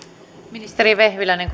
ministeri vehviläinen